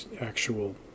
actual